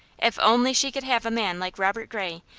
if only she could have a man like robert gray,